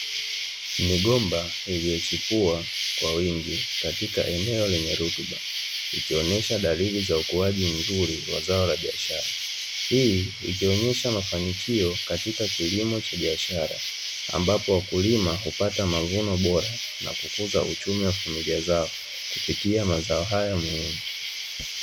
Migomba iliyochipua kwa wingi katika eneo lenye rutuba, ikionyesha dalili za ukuaji mzuri wa zao la biashara. Hii ikionyesha mafanikio katika kilimo cha biashara, ambapo wakulima hupata mavuno bora na kukuza uchumi wa familia zao kupitia mazao haya muhimu.